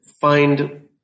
find